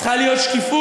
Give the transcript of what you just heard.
צריכה להיות שקיפות.